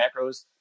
macros